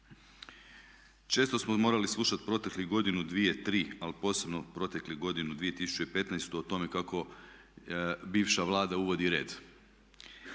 Često smo morali slušati proteklih godinu, dvije, tri ali posebno u protekloj godini 2015. o tome kako bivša Vlada uvodi red.